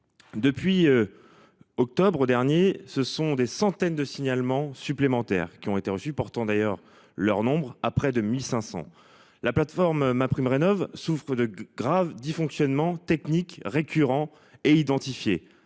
Depuis. Octobre dernier, ce sont des centaines de signalements supplémentaires qui ont été reçus par d'ailleurs leur nombre à près de 1500 la plateforme MaPrimeRénov. Souffrent de graves dysfonctionnements techniques récurrents et identifiés